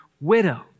widow